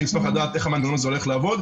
אני אשמח לדעת איך המנגנון הזה הולך לעבוד,